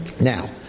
Now